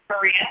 Maria